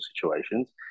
situations